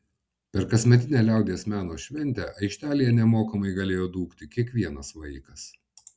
per kasmetinę liaudies meno šventę aikštelėje nemokamai galėjo dūkti kiekvienas vaikas